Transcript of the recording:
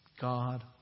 God